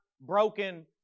broken